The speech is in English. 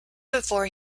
before